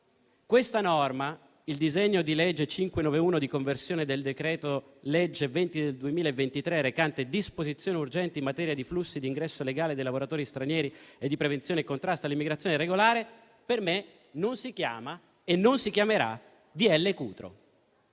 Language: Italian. questa norma, il disegno di legge n. 591, di conversione del decreto-legge n. 20 del 2023, recante disposizioni urgenti in materia di flussi d'ingresso legale dei lavoratori stranieri e di prevenzione e contrasto all'immigrazione irregolare, per me non si chiama e non si chiamerà